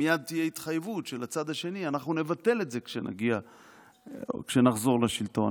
מייד תהיה התחייבות של הצד השני: אנחנו נבטל את זה כשנחזור לשלטון.